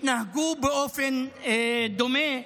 התנהגו באופן דומה,